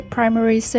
Primary